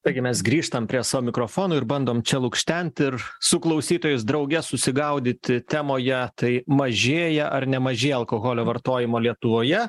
taigi mes grįžtam prie savo mikrofono ir bandom čia lukštenti ir su klausytojais drauge susigaudyti temoje tai mažėja ar nemažėja alkoholio vartojimo lietuvoje